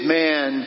man